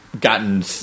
gotten